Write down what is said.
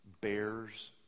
bears